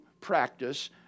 practice